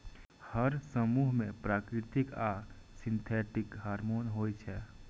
हर समूह मे प्राकृतिक आ सिंथेटिक हार्मोन होइ छै